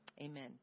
amen